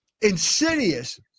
insidious